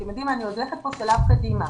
אני הולכת כאן שלב קדימה,